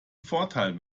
vorteil